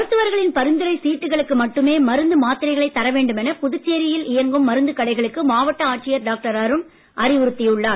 மருத்துவர்களின் பரிந்துரை சீட்டுகளுக்கு மட்டுமே மருந்து மாத்திரைகளை தர வேண்டும் என புதுச்சேரியில் இயங்கும் மருந்துக் கடைகளுக்கு மாவட்ட ஆட்சியர் டாக்டர் அருண் அறிவுறுத்தியுள்ளார்